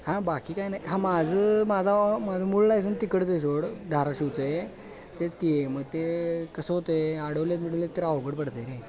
हा बाकी काय नाही हा माझं माझा माझं मूळ लायसन तिकडचं आहे सोड धाराशिवचं आहे तेच काय आहे मग ते कसं होतं आहे अडवलेत बिडवलेत तर ते अवघड पडतं आहे रे